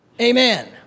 Amen